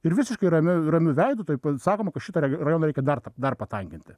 ir visiškai ramiu ramiu veidu tuoj pat sakoma kad šitą ra rajoną reikia dar patankinti